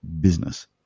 business